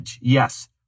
Yes